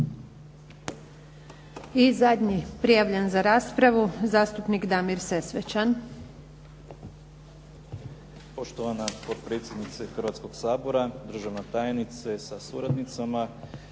I zadnji prijavljen za raspravu zastupnik Damir Sesvečan.